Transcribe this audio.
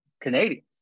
Canadians